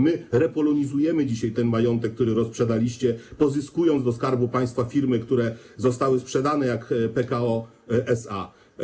My repolonizujemy dzisiaj ten majątek, który rozsprzedaliście, pozyskując do Skarbu Państwa firmy, które zostały sprzedane, jak Pekao SA.